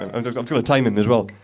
and and um to time him as well.